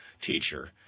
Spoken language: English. teacher